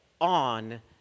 on